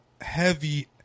heavy